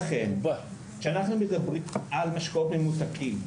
לכן, כשאנחנו מדברים על משקאות ממותקים,